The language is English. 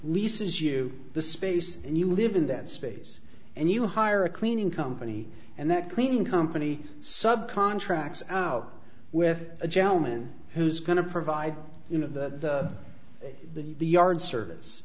leases you the space and you live in that space and you hire a cleaning company and that cleaning company sub contracts out with a gentleman who's going to provide you know the the the yard service